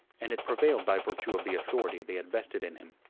and it prevailed by virtue of the authority they had vested in him,